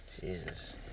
Jesus